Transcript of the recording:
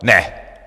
Ne.